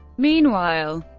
meanwhile,